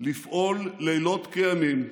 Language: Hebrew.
לפעול לילות כימים,